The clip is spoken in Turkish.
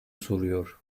soruyor